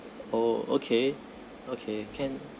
oh okay okay can